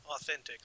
authentic